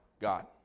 God